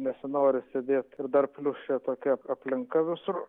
nesinori sėdėt ir dar plius čia tokia aplinka visur